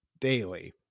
daily